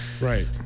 Right